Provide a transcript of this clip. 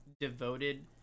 devoted